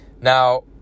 Now